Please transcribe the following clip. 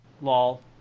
Lol